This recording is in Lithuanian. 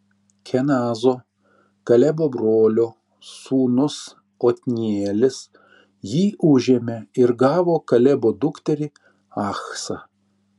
kenazo kalebo brolio sūnus otnielis jį užėmė ir gavo kalebo dukterį achsą